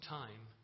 time